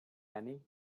honey